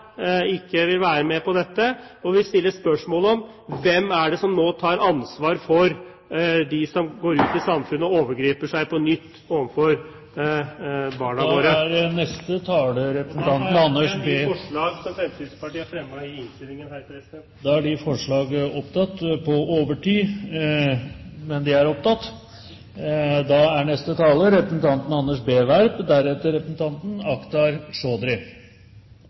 ikke vil være med på dette, og vil stille spørsmålet: Hvem er det som nå tar ansvar for dem som går ut i samfunnet og forgriper seg på nytt overfor barna våre? Jeg tar opp det forslag som Fremskrittspartiet har fremmet i innstillingen. Representanten Hans Frode Kielland Asmyhr har tatt opp det forslag